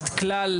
את כלל